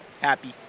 happy